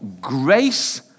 grace